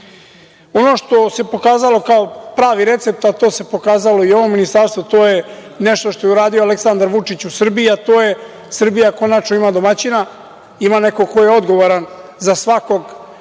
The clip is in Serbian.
što se pokazalo, kao pravi recept, a to se pokazalo i u ovom ministarstvu, a to je nešto što je uradio Aleksandar Vučić, u Srbiji, a to je da Srbija ima konačno domaćina, ima nekog ko je odgovoran za svakog u ovoj